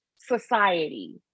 society